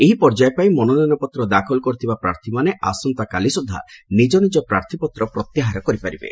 ଏହି ପର୍ଯ୍ୟାୟ ପାଇଁ ମନୋନୟନପତ୍ର ଦାଖଲ କରିଥିବା ପ୍ରାର୍ଥୀମାନେ ଆସନ୍ତାକାଲି ସୁଦ୍ଧା ନିଜ ନିଜ ପ୍ରାର୍ଥ୍ପପତ୍ର ପ୍ରତ୍ୟାହାର କରିପାରିବେ